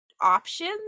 options